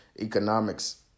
Economics